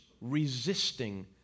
resisting